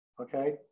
okay